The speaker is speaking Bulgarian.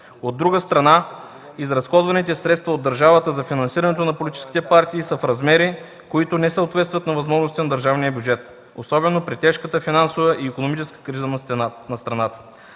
От друга страна, изразходваните средства от държавата за финансирането на политическите партии са в размери, които не съответстват на възможностите на държавния бюджет, особено при тежката финансова и икономическа криза на страната.